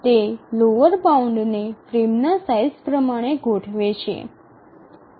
તે લોઅર બાઉન્ડને ફ્રેમના સાઇઝ પ્રમાણે ગોઠવે છે